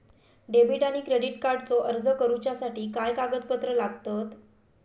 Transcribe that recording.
Debit आणि credit कार्डचो अर्ज करुच्यासाठी काय कागदपत्र लागतत?